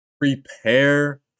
Prepare